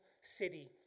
city